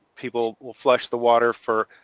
people will flush the water for,